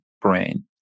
brain